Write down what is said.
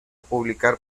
publicar